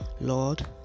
Lord